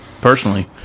personally